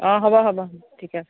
অঁ হ'ব হ'ব ঠিকে আছে